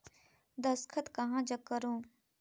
दस्खत कहा जग करो?